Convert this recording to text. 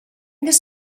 this